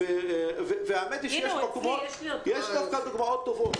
האמת שיש דווקא דוגמאות טובות,